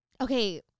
okay